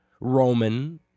Roman